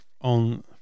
on